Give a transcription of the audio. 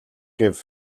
гэв